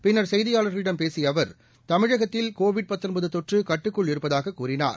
பின்னர் செய்தியாளர்களிடம் பேசியஅவர் தமிழகத்தில் தொற்றுகட்டுக்குள் இருப்பதாககூறினார்